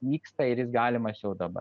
nyksta ir jis galimas jau dabar